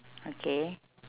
okay